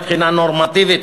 מבחינה נורמטיבית,